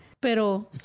Pero